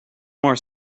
more